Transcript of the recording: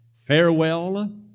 farewell